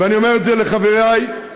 ואני אומר את זה לחברי מימין: